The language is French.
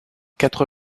quatre